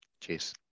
Cheers